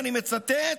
ואני מצטט: